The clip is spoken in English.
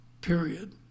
Period